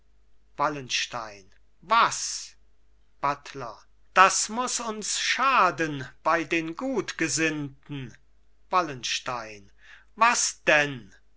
wallenstein was buttler das muß uns schaden bei den gutgesinnten wallenstein was denn